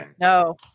no